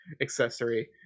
accessory